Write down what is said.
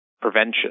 prevention